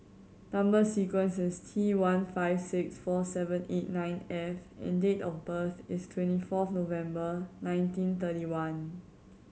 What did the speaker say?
number sequence is T one five six four seven eight nine F and date of birth is twenty fourth November nineteen thirty one